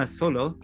solo